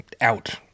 out